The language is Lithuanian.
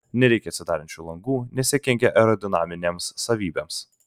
nereikia atsidarančių langų nes jie kenkia aerodinaminėms savybėms